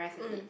mm